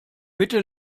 bitte